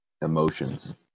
emotions